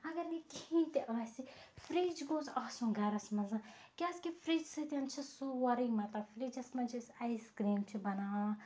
اَگر نَے کِہیٖنۍ تہِ آسہِ فرج گوٚژھ آسُن گرَس منٛز کیازِ کہِ فرج سۭتۍ چھُ سورُے مطلب فرجس منٛز چھِ اَیِس کریٖم چھِ بَناوان